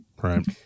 Right